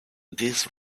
this